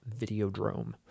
Videodrome